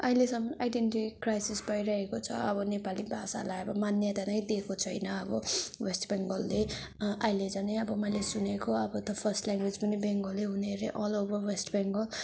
अहिलेसम्म identity crisis भइरहेको छ अब नेपाली भाषालाई अब मान्यता नै दिएको छैन अब वेस्ट बेङ्गलले अहिले झनै अब मैले सुनेको अब त फर्स्ट ल्याङ्ग्वेज पनि बङ्गला हुने अरे अल ओभर वेस्ट बेङ्गाल